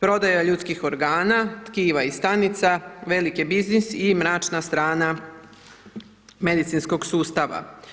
Prodaja ljudskih organa, tkiva i stanica velik je biznis i mračna strana medicinskog sustava.